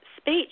speech